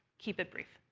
keep it brief.